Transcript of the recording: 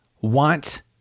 want